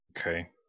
okay